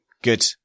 Good